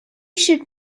should